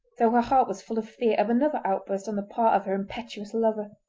though her heart was full of fear of another outburst on the part of her impetuous lover.